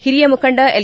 ಹಿರಿಯ ಮುಖಂಡ ಎಲ್